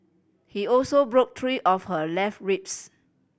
he also broke three of her left ribs